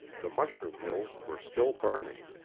the mushroom hills were still burning.